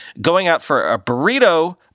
going-out-for-a-burrito